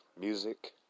Music